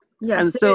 Yes